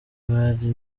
bari